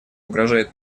угрожает